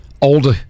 older